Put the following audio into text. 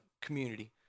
community